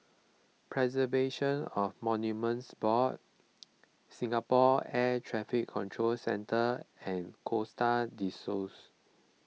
Preservation of Monuments Board Singapore Air Traffic Control Centre and Costa Del Sols